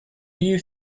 you